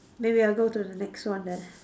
maybe I'll go to the next one then